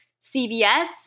CVS